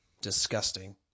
disgusting